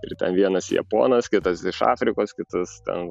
ir ten vienas japonas kitas iš afrikos kitas ten vat